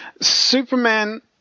superman